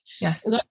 Yes